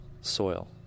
soil